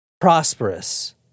prosperous